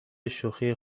شوخی